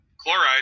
chloride